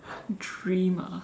dream ah